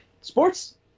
sports